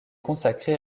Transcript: consacrée